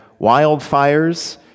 wildfires